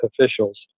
officials